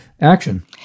action